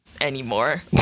anymore